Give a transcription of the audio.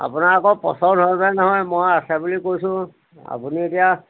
আপোনাৰ আকৌ পচন্দ হয় নহয় মই আছে বুলি কৈছোঁ আপুনি এতিয়া